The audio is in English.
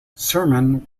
sermon